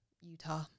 Utah